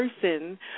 person